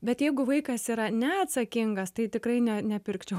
bet jeigu vaikas yra neatsakingas tai tikrai ne nepirkčiau